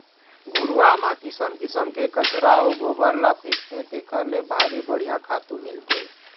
घुरूवा म किसम किसम के कचरा अउ गोबर ल फेकथे तेखर ले भारी बड़िहा खातू मिलथे